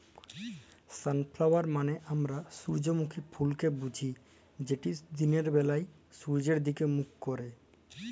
sunflower মালে আমরা সূজ্জমুখী ফুলকে বুঝি যেট দিলের ব্যালায় সূয্যের দিগে মুখ ক্যারে